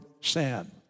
sin